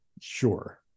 Sure